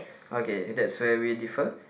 okay that's where we differ